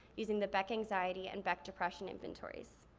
using the beck anxiety and beck depression inventories.